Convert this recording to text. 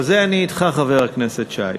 בזה אני אתך, חבר הכנסת שי.